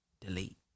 Delete